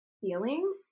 feeling